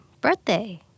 birthday